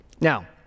Now